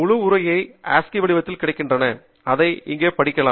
முழு உரை ஆஸ்கி வடிவத்தில் கிடைக்கிறது அதை இங்கே படிக்கலாம்